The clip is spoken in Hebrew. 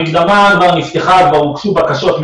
המקדמה כבר נפתחה ומהבוקר כבר הוגשו בקשות.